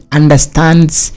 understands